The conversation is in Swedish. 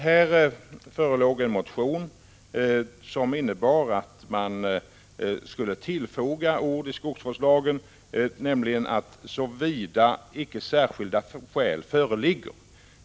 Här föreligger en motion om att man till lagtexten skulle foga orden ”såvida icke särskilda skäl föreligger”.